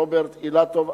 רוברט אילטוב,